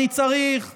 אתה לא צריך להזכיר.